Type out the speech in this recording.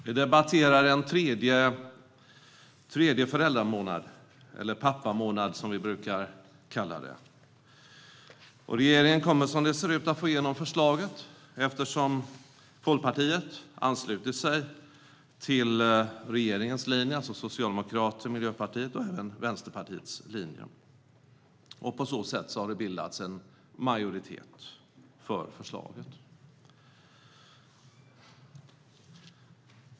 Vi debatterar en tredje föräldramånad, eller pappamånad som vi brukar kalla det. Regeringen kommer som det ser ut att få igenom förslaget eftersom Folkpartiet anslutit sig till regeringens linje, det vill säga Socialdemokraternas, Miljöpartiets och även Vänsterpartiets linje, och på så sätt har det bildats en majoritet för förslaget.